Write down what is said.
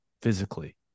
physically